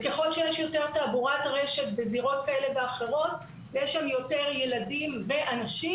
ככל שיש יותר תעבורת רשת בזירות כאלה ואחרות ויש שם יותר ילדים ואנשים,